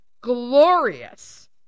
glorious